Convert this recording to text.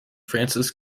frances